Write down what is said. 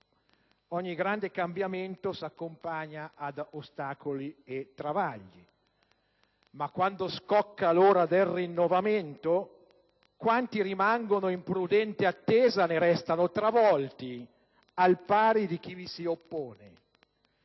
ogni grande cambiamento s'accompagna ad ostacoli e travagli, ma quando scocca l'ora del rinnovamento, quanti rimangono in prudente attesa ne restano travolti, al pari di chi vi si oppone.